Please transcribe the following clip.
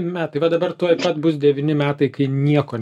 metai dabar tuoj pat bus devyni metai kai nieko